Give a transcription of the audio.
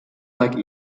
like